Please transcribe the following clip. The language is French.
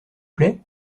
plaît